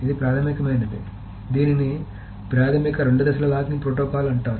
ఇది ప్రాథమికమైనది దీనిని ప్రాథమిక రెండు దశల లాకింగ్ ప్రోటోకాల్ అంటారు